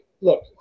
look